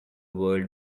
world